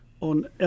on